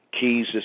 Keys